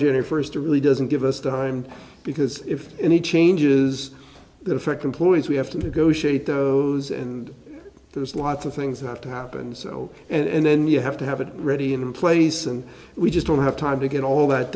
june first to really doesn't give us time because if any changes that affect employees we have to negotiate those and there's lots of things have to happen so and then you have to have it ready in place and we just don't have time to get all that